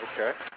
Okay